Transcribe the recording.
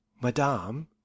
madame